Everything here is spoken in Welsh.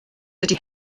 dydy